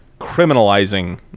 criminalizing